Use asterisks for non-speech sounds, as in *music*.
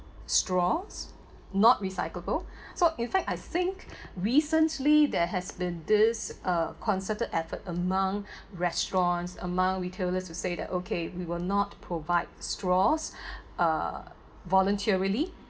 straws not recyclable so in fact I think recently there has been this uh concerted effort among restaurants among retailers to say that okay we will not provide straws *breath* uh voluntarily